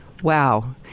Wow